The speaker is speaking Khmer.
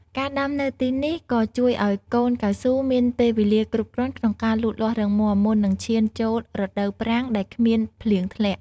ការដាំនៅពេលនេះក៏ជួយឱ្យកូនកៅស៊ូមានពេលវេលាគ្រប់គ្រាន់ក្នុងការលូតលាស់រឹងមាំ មុននឹងឈានចូលរដូវប្រាំងដែលគ្មានភ្លៀងធ្លាក់។